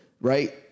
right